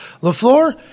Lafleur